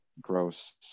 gross